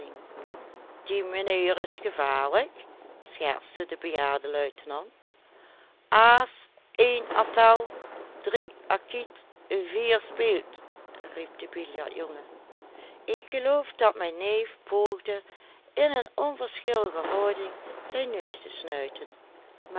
die mijnheer is gevaarlijk schertste de bejaarde luitenant aas één appèl drie acquit vier speelt riep de biljartjongen ik geloof dat mijn neef poogde in een onverschillige houding zijn neus te snuiten